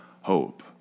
hope